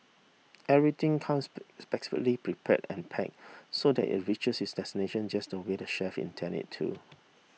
everything comes specially prepared and pack so that it reaches its destination just the way the chefs intend it to